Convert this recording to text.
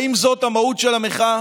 האם זאת המהות של המחאה?